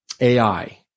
AI